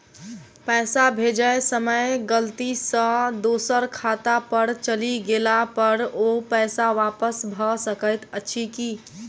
पैसा भेजय समय गलती सँ दोसर खाता पर चलि गेला पर ओ पैसा वापस भऽ सकैत अछि की?